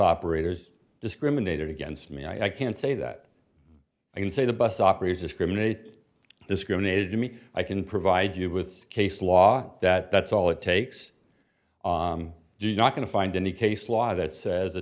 operators discriminated against me i can't say that i can say the bus operators discriminate discriminated to me i can provide you with case law that that's all it takes do you not going to find any case law that says a